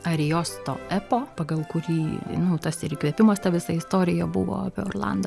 arijosto epo pagal kurį nu tas ir įkvėpimas ta visa istorija buvo apie orlandą